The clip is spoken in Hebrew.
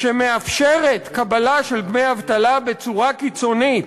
שמאפשרת קבלה של דמי אבטלה בצורה קיצונית: